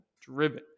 driven